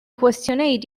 questioned